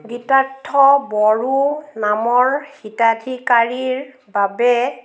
গীতাৰ্থ বড়ো নামৰ হিতাধিকাৰীৰ বাবে